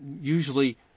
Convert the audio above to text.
usually